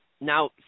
Now